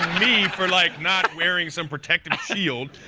me for like not wearing some protective shield.